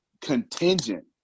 contingent